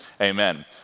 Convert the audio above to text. Amen